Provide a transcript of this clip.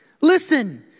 Listen